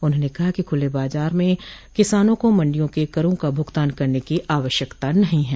उन्होंने कहा कि खुले बाजार में किसानों को मंडियों के करों का भुगतान करने की आवश्यकता नहीं है